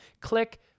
Click